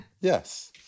yes